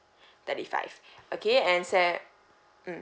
thirty five okay and sa~ mm